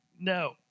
No